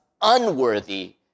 unworthy